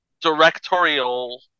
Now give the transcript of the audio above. directorial